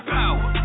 power